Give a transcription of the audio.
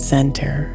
center